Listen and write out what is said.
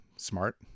smart